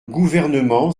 gouvernement